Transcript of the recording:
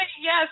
yes